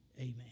Amen